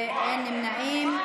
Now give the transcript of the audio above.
אין נמנעים.